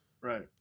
right